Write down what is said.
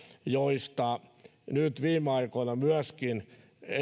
joista nyt viime aikoina myöskin